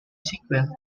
sequel